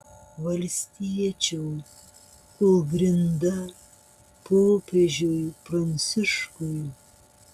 valstiečių kūlgrinda popiežiui pranciškui